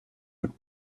would